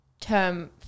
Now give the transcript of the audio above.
term